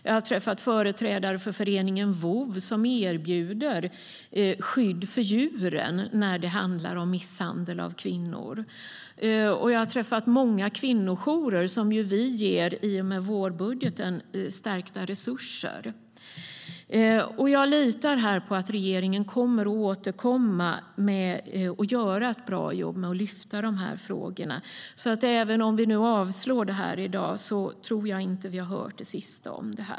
Jag har även träffat företrädare för föreningen Voov, som erbjuder skydd för djuren när det handlar om misshandel av kvinnor, och jag har träffat många kvinnojourer, som ju vi i och med vårbudgeten ger stärkta resurser. Jag litar här på att regeringen kommer att återkomma och göra ett bra jobb med att lyfta upp dessa frågor, så även om vi avslår detta i dag tror jag inte att vi har hört det sista om det.